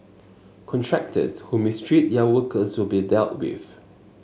contractors who mistreat their workers will be dealt with